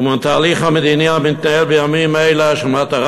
ומהתהליך המדיני המתנהל בימים אלה כשהמטרה